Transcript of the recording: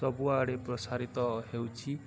ସବୁଆଡ଼େ ପ୍ରସାରିତ ହେଉଛି